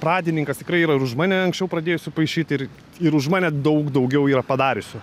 pradininkas tikrai yra ir už mane anksčiau pradėjusių paišyt ir ir už mane daug daugiau yra padariusių